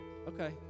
Okay